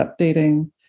updating